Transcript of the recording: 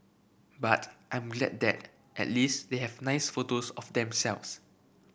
but I'm glad that at least they have nice photos of themselves